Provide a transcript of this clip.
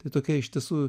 tai tokia iš tiesų